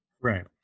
Right